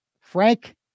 Frank